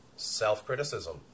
Self-criticism